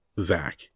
Zach